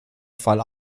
fall